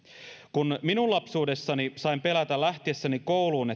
kun minun lapsuudessani sain pelätä lähtiessäni kouluun